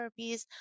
therapies